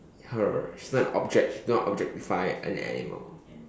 her she's not an object don't objectify an animal